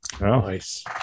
Nice